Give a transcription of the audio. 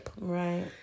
Right